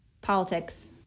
politics